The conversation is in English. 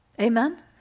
Amen